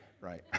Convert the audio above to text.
right